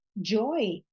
joy